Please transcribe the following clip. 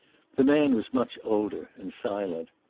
the man was much older, and silent.